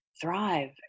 thrive